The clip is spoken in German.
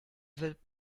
wird